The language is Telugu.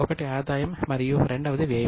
ఒకటి ఆదాయం మరియు రెండవది వ్యయం